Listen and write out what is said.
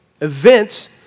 events